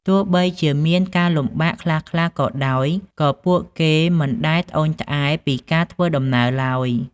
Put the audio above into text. ទោះបីជាមានការលំបាកខ្លះៗក៏ដោយក៏ពួកគេមិនដែលត្អូញត្អែរពីការធ្វើដំណើរឡើយ។